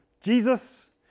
Jesus